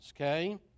okay